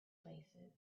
places